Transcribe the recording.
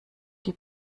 die